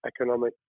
economic